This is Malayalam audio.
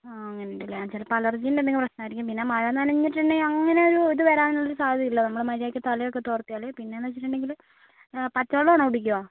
ആ അങ്ങനെ ഉണ്ടല്ലെ ചിലപ്പം അലർജീൻ്റെ എന്തെങ്കിലും പ്രശ്നമായിരിക്കും പിന്നെ മഴ നനഞ്ഞിട്ടുണ്ടെങ്കിൽ അങ്ങനെ ഒരു ഇത് വരാനുള്ളൊരു സാധ്യത ഇല്ല നമ്മൾ മര്യാദയ്ക്ക് തല ഒക്കെ തോർത്തിയാൽ പിന്നെ എന്ന് വെച്ചിട്ടുണ്ടെങ്കിൽ പച്ചവെള്ളം ആണോ കുടിക്കുക